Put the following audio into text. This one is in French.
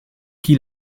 qui